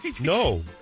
No